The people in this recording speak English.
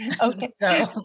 Okay